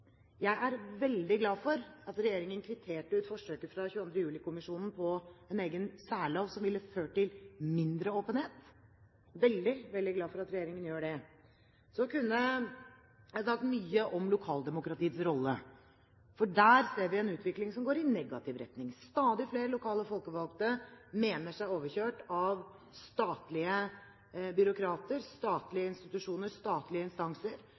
Jeg er veldig glad for at regjeringen kvitterte ut forsøket fra 22. juli-kommisjonen på å få en egen særlov, som ville ført til mindre åpenhet. Jeg er veldig glad for at regjeringen gjorde det. Så kunne jeg sagt mye om lokaldemokratiets rolle. Der ser vi en utvikling som går i negativ retning. Stadig flere lokale folkevalgte mener seg overkjørt av statlige byråkrater, statlige institusjoner, statlige instanser,